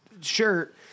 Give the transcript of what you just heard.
shirt